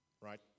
right